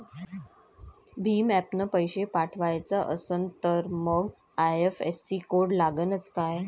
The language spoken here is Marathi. भीम ॲपनं पैसे पाठवायचा असन तर मंग आय.एफ.एस.सी कोड लागनच काय?